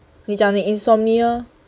你讲你 insomnia